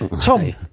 Tom